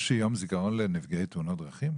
יש יום זיכרון לנפגעי תאונות דרכים?